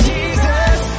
Jesus